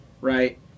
right